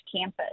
campus